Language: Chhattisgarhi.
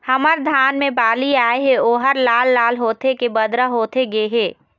हमर धान मे बाली आए हे ओहर लाल लाल होथे के बदरा होथे गे हे?